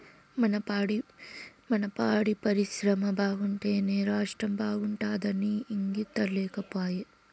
మన పాడి పరిశ్రమ బాగుంటేనే రాష్ట్రం బాగుంటాదన్న ఇంగితం లేకపాయే